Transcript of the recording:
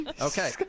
Okay